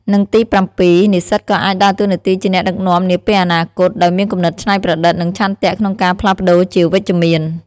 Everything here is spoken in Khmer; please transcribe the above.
និងទីប្រាំពីរ និស្សិតក៏អាចដើរតួនាទីជាអ្នកដឹកនាំនាពេលអនាគត ដោយមានគំនិតច្នៃប្រឌិត និងឆន្ទៈក្នុងការផ្លាស់ប្ដូរជាវិជ្ជមាន។